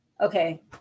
Okay